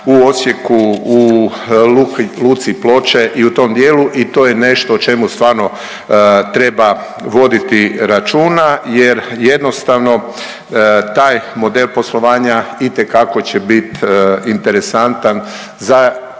u Osijeku, u luci Ploče i u tom dijelu i to je nešto o čemu stvarno treba voditi računa jer jednostavno taj model poslovanja itekako će biti interesantan za